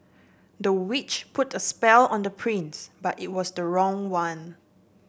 the witch put a spell on the prince but it was the wrong one